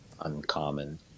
uncommon